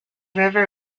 river